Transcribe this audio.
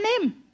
name